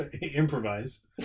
Improvise